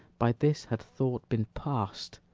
by this had thought been past